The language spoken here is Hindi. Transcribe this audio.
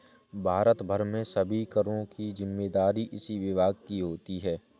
भारत भर में सभी करों की जिम्मेदारी इसी विभाग की होती है